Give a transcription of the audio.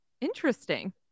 interesting